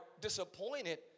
disappointed